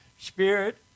Spirit